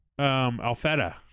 Alfetta